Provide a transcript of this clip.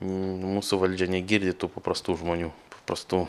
mūsų valdžia negirdi tų paprastų žmonių paprastų